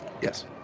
Yes